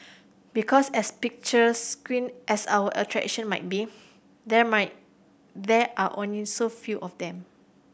because as picturesque as our attraction might be there might there are only so few of them